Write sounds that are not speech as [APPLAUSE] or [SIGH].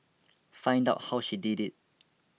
[NOISE] find out how she did it